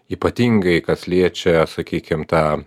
ypatingai kas liečia sakykim tą